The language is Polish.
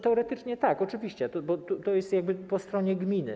Teoretycznie tak, oczywiście, to jest jakby po stronie gminy.